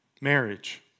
Marriage